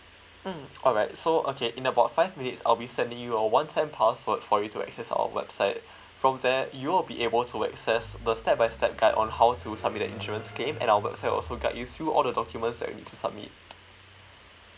mm alright so okay in about five minutes I'll be sending you a one time password for you to access our website from there you will be able to access the step by step guide on how to submit the insurance claim and our website also guide you through all the documents that you need to submit